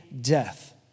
death